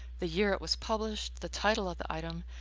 the year it was published, the title of the item,